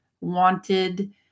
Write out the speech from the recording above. wanted